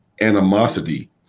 animosity